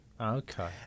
Okay